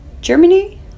germany